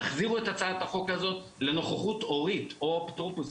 תחזירו את הצעת החוק הזאת לנוכחות הורית או אפוטרופוס,